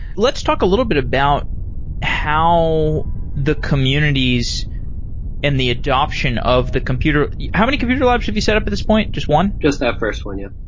let's talk a little bit about how the communities and the adoption of the computer how many computer labs have you set up at this point? just one? just that first one. yeah